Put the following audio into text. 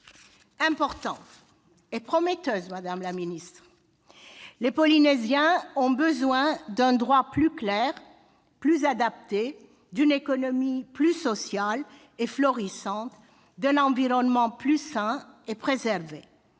importante et prometteuse. Les Polynésiens ont besoin d'un droit plus clair, plus adapté, d'une économie plus sociale et florissante, d'un environnement plus sain et préservé.